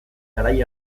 garai